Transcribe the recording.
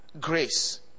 grace